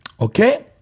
Okay